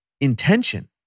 intention